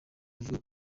kuvuga